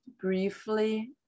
briefly